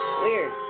weird